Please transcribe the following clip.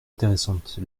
intéressantes